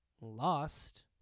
lost